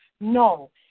No